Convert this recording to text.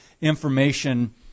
information